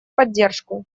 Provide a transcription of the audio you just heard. поддержку